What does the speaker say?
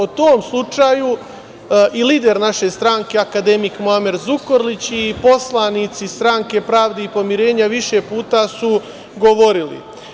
O tom slučaju i lider naše stranke akademik Muamer Zukorlić i poslanici Stranke pravde i pomirenja više puta su govorili.